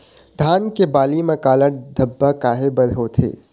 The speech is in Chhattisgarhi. धान के बाली म काला धब्बा काहे बर होवथे?